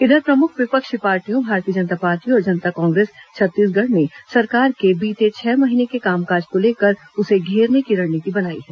इधर प्रमुख विपक्षी पार्टियों भारतीय जनता पार्टी और जनता कांग्रेस छत्तीसगढ़ ने सरकार के बीते छह महीने के कामकाज को लेकर उसे घेरने की रणनीति बनाई है